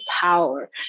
power